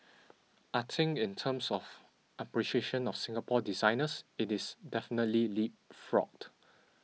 I think in terms of appreciation of Singapore designers it is definitely leapfrogged